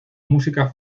música